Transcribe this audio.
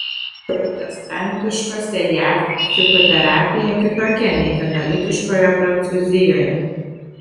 protestantiškose jav psichoterapija kitokia nei katalikiškoje prancūzijoje